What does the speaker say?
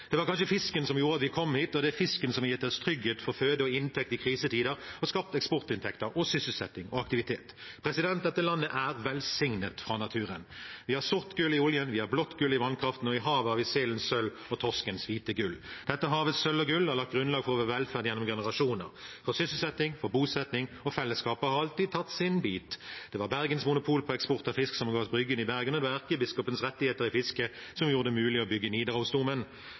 Det var kanskje fisken som gjorde at vi kom hit, og det er fisken som har gitt oss trygghet for føde og inntekt i krisetider, og skapt eksportinntekter, sysselsetting og aktivitet. Dette landet er velsignet fra naturen. Vi har sort gull i oljen, vi har blått gull i vannkraften, og i havet har vi sildens sølv og torskens hvite gull. Dette havets sølv og gull har lagt grunnlaget for vår velferd gjennom generasjoner – for sysselsetting, for bosetting – og fellesskapet har alltid tatt sin bit. Det var Bergens monopol på eksport av fisk som ga oss Bryggen i Bergen, og det var erkebiskopens rettigheter i fisket som gjorde det mulig å bygge Nidarosdomen.